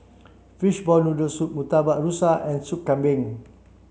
fishball noodle soup Murtabak Rusa and Soup Kambing